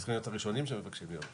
יש מקרים שבהם שואלים הלכות מעולם